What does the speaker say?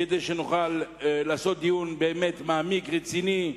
כדי שנוכל לקיים דיון מעמיק ורציני,